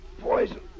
Poison